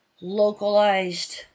localized